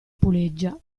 puleggia